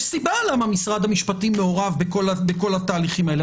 יש סיבה למה משרד המשפטים מעורב בכל התהליכים האלה.